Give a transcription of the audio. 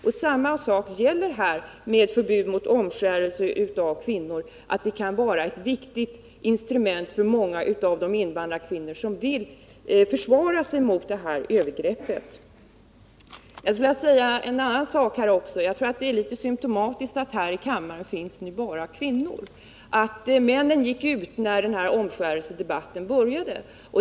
Detsamma gäller förbud mot omskärelse av kvinnor, det kan vara ett viktigt instrument för många av de invandrarkvinnor som vill försvara sig mot sådana övergrepp. Jag skulle här också vilja säga att jag tror det är symtomatiskt att det här i kammaren nu bara finns kvinnor, att männen gick ut när den här omskärelsedebatten började.